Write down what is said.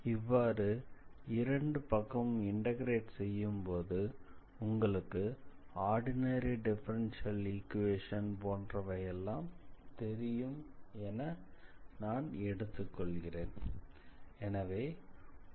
இவ்வாறு இரண்டு பக்கமும் இண்டக்ரேட் செய்யும்போது உங்களுக்கு ஆர்டினரி டிஃபரண்ஷியல் ஈக்வேஷன்கள் போன்றவையெல்லாம் தெரியும் என நான் எடுத்துக் கொள்கிறேன்